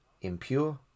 impure